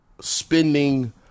spending